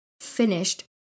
finished